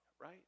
right